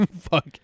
fuck